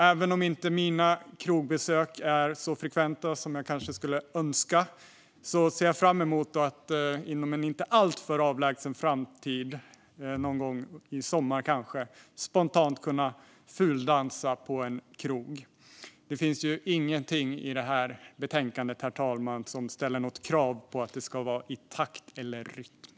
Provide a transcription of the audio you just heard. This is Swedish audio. Även om inte mina krogbesök är så frekventa som jag kanske skulle önska ser jag fram emot att inom en inte alltför avlägsen framtid, någon gång i sommar kanske, spontant kunna fuldansa på en krog. Det finns ju inget i det här betänkandet som ställer krav på att det ska vara i takt eller rytm.